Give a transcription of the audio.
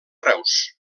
reus